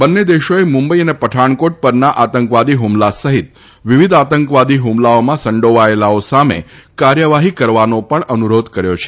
બંને દેશોએ મુંબઈ અને પઠાણ કોટ પરના આતંકવાદી હુમલા સહિત વિવિધ આતંકવાદી હુમલાઓમાં સંડોવાયેલાઓ સામે કાર્યવાહી કરવાનો પણ અનુરોધ કર્યો છે